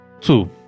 Two